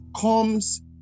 comes